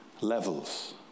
levels